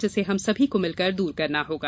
जिसे हम सभी को मिलकर दूर करना होगा